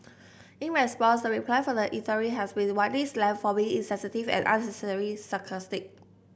in response the reply from the eatery has been widely slammed for being insensitive and unnecessarily sarcastic